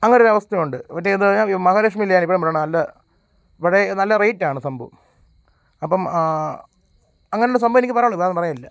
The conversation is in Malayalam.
അങ്ങനെ ഒരു അവസ്ഥയുണ്ട് മറ്റേ ഇത് മഹാലക്ഷ്മിയിലെ ഞാനിപ്പോഴും പറയണ നല്ല ഇവിടെ നല്ല റേറ്റാണ് സംഭവം അപ്പം അങ്ങനെയൊരു സംഭവവമെനിക്ക് പറയാനുള്ളു വേറെയൊന്നും പറയാനില്ല